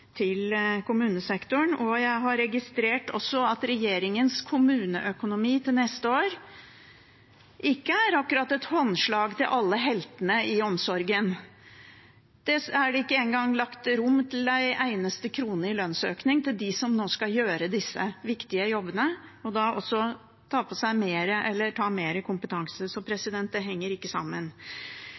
til kommunesektoren. Jeg har også registrert at regjeringens kommuneøkonomi til neste år ikke akkurat er et håndslag til alle heltene i omsorgen. Det er det ikke lagt opp til en eneste krone i lønnsøkning til dem som nå skal gjøre disse viktige jobbene, og som også skal skaffe seg mer kompetanse. Dette henger ikke sammen. Én av de tingene som jeg har vært opptatt av, er at det